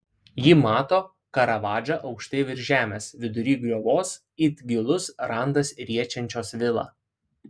ji mato karavadžą aukštai virš žemės vidury griovos it gilus randas riečiančios vilą